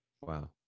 Wow